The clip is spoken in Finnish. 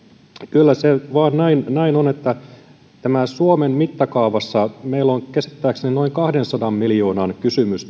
kyllä se vain näin on että suomen mittakaavassa meillä on käsittääkseni noin kahdensadan miljoonan kysymys